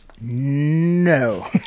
No